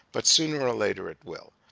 but sooner or later it will.